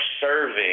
serving